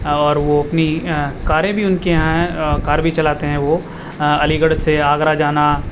اور وہ اپنی کاریں بھی ان کے یہاں کار بھی چلاتے ہیں وہ علی گڑھ سے آگرہ جانا